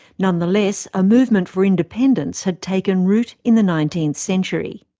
nonetheless, a movement for independence had taken root in the nineteenth century.